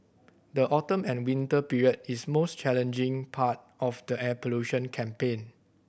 the autumn and winter period is the most challenging part of the air pollution campaign